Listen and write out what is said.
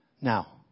Now